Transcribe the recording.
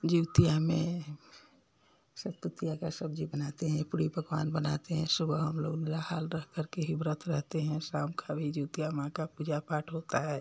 जितिया में सतपुतिया का सब्जी बनाते हैं पूड़ी पकवान बनाते हैं सुबह हम लोग निराहार रह कर के ही व्रत रहते हैं शाम का भी जितिया माँ का पूजा पाठ होता है